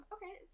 Okay